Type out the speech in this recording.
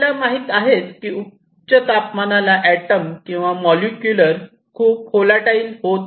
आपल्याला माहित आहेच की उच्च तापमानाला एटम किंवा मॉलिक्युलर खूप होलाटाईल असतात